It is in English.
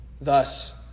Thus